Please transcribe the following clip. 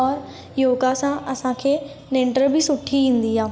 और योगा सां असांखे निंड बि सुठी ईंदी आहे